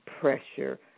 Pressure